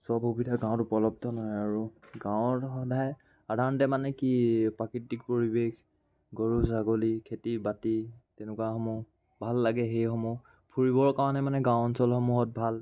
চব সুবিধা গাঁৱত উপলব্ধ নহয় আৰু গাঁৱত সদায় সাধাৰণতে মানে কি প্ৰাকৃতিক পৰিৱেশ গৰু ছাগলী খেতি বাতি তেনেকুৱাসমূহ ভাল লাগে সেইসমূহ ফুৰিবৰ কাৰণে মানে গাঁও অঞ্চলসমূহত ভাল